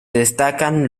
destacan